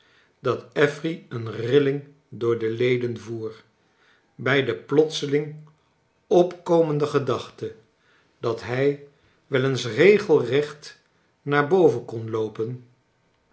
dat affery een rilling door de leden voer bij de plotseling opkomende gedachte dat hij wel eens regelrecht naar boven kon loopen